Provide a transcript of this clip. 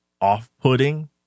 off-putting